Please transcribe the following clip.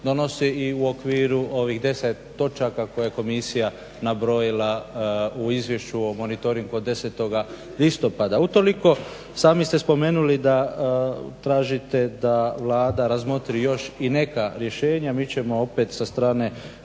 donosi i u okviru ovih 10 točaka koje je komisija nabrojila u Izvješću o monitoringu od 10. listopada. Utoliko sami ste spomenuli da tražite da Vlada razmotri još i neka rješenja. Mi ćemo opet sa strane